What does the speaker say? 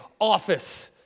office